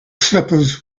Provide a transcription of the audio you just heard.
slippers